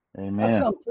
Amen